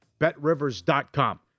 BetRivers.com